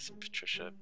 Patricia